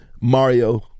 Mario